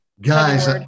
Guys